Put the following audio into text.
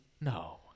No